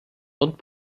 und